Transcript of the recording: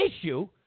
issue